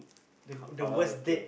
oh okay